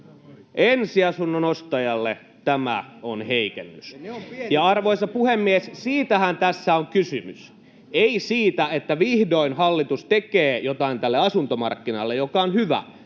Ensiasunnon ostajalle tämä on heikennys, ja, arvoisa puhemies, siitähän tässä on kysymys. Ei siitä, että vihdoin hallitus tekee jotain tälle asuntomarkkinalle, mikä on hyvä,